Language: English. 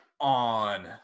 on